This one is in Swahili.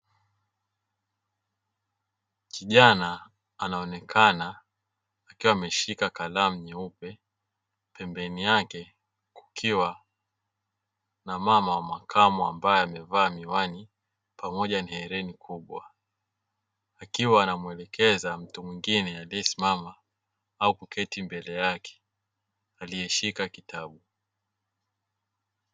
Kijana anaonekana akiwa ameshika kalamu nyeupe, pembeni yake kukiwa na mama wa makamo ambaye amevaa miwani pamoja na hereni kubwa, akiwa anamwelekeza mtu mwingine aliyesimama au kuketi mbele yake aliyeshika kitabu.